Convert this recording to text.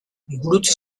gurutze